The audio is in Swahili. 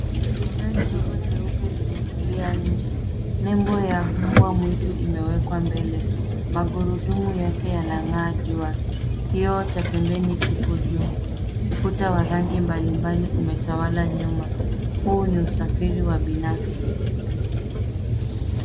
Gari dogo jeupe limetulia nje. Nembo ya mbwa mwitu imewekwa mbele. Magurudumu yake yanang'aa jua. Kioo cha pembeni kipo juu. Ukuta wa rangi mbali mbali umetawala nyuma. Huu ni usafiri wa binafsi.